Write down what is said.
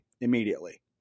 immediately